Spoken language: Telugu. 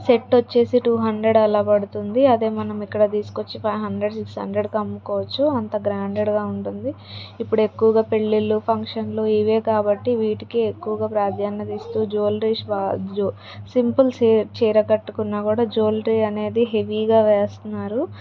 సెట్టొచ్చేసి టూ హండ్రడ్ అలా పడుతుంది అదే మనం ఇక్కడ తీసుకొచ్చి ఫైవ్ హండ్రడ్ సిక్స్ హండ్రడ్కి అమ్ముకోచ్చు అంత గ్రాండెడ్గా ఉంటుంది ఇపుడెక్కువగా పెళ్ళిళ్ళు ఫంక్షన్లు ఇవే కాబట్టి వీటికే ఎక్కువగా ప్రాధాన్యత ఇస్తూ జ్యూవెలరీస్ వారు జూ సింపుల్ సి చీర కట్టుకున్నా కూడా జ్యూవలరీ అనేది హెవీగా వేస్తున్నారు